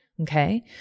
okay